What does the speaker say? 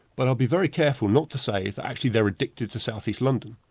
what i'll be very careful not to say is actually they're addicted to south east london.